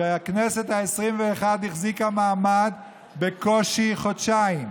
שהכנסת העשרים-ואחת החזיקה מעמד בקושי חודשיים.